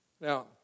Now